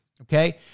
okay